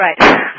right